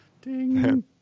ding